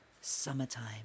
summertime